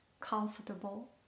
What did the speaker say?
comfortable